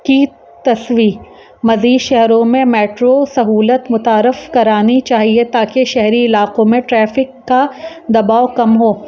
کی تصوی مزید شہروں میں میٹرو سہولت متعارف کرانی چاہیے تاکہ شہری علاقوں میں ٹریفک کا دباؤ کم ہو